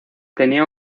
tenía